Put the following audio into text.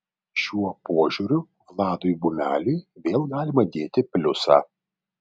šiuo požiūriu vladui bumeliui vėl galima dėti pliusą